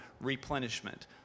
replenishment